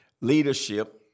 leadership